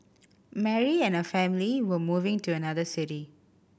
Mary and her family were moving to another city